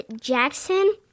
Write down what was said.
Jackson